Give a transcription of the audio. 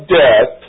death